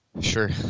sure